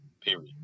period